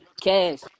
Cash